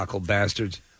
bastards